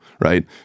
right